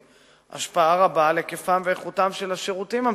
יש השפעה רבה על היקפם ואיכותם של השירותים המסופקים,